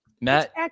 Matt